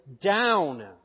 down